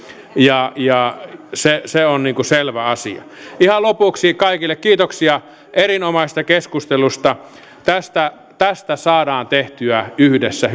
ja ja se se on selvä asia ihan lopuksi kaikille kiitoksia erinomaisesta keskustelusta tästä tästä saadaan tehtyä yhdessä